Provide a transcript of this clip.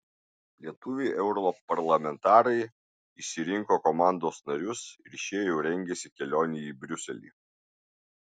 lietuviai europarlamentarai išsirinko komandos narius ir šie jau rengiasi kelionei į briuselį